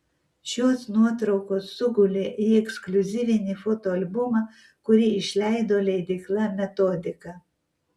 šios nuotraukos sugulė į ekskliuzyvinį fotoalbumą kurį išleido leidykla metodika